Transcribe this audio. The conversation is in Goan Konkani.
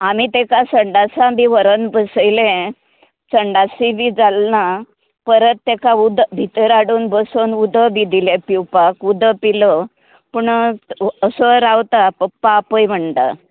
आनी तेका संडासा बीन वरोन बसयले संडासूय बी जालो ना परत तेका उदक भितर हाडून बसोन उदक बी दिले पिवपा उद पिलो पूण असो रावता पप्पा आपय म्हणटा